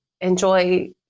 enjoy